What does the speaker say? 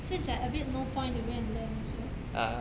so it's like a bit no point to go and learn also